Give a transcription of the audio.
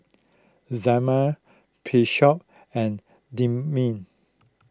Zelma Bishop and